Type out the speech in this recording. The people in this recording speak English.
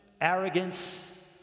arrogance